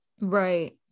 right